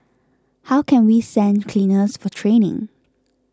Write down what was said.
how can we send cleaners for training